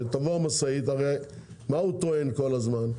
הרי מה הוא טוען כל הזמן?